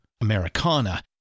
Americana